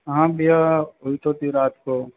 हाँ भैया हुई तो थी रात को